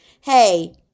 hey